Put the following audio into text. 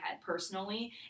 personally